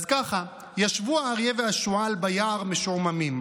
אז ככה: ישבו האריה והשועל ביער משועממים.